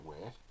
weird